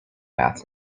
math